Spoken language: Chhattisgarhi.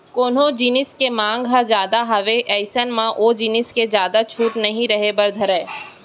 कोनो जिनिस के मांग ह जादा हावय अइसन म ओ जिनिस के जादा छूट नइ रहें बर धरय